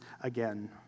again